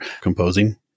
composing